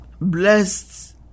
Blessed